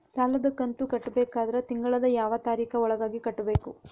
ಸಾಲದ ಕಂತು ಕಟ್ಟಬೇಕಾದರ ತಿಂಗಳದ ಯಾವ ತಾರೀಖ ಒಳಗಾಗಿ ಕಟ್ಟಬೇಕು?